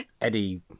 Eddie